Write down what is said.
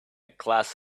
glass